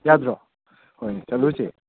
ꯌꯥꯗ꯭ꯔꯣ ꯍꯣꯏ ꯆꯠꯂꯨꯁꯤ